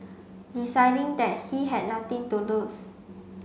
deciding that he had nothing to lose